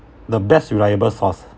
the best reliable source